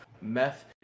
meth